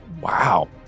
Wow